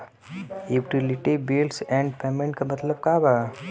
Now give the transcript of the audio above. Utility bills and payments क मतलब का बा?